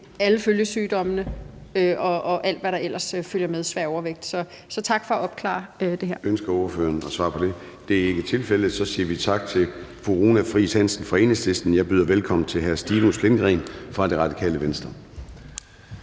alle følgesygdommene og alt det andet, der følger med svær overvægt. Så tak for at opklare det her. Kl. 11:22 Formanden (Søren Gade): Ønsker ordføreren at svare på det? Det er ikke tilfældet. Så siger vi tak til fru Runa Friis Hansen fra Enhedslisten. Jeg byder velkommen til hr. Stinus Lindgreen fra Radikale Venstre.